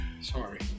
sorry